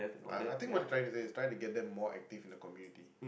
I I think what you trying to say is trying to get them more active in the community